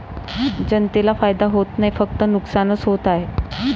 जनतेला फायदा होत नाही, फक्त नुकसानच होत आहे